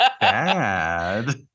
bad